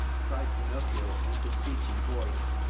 cried pinocchio in a beseeching voice.